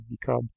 become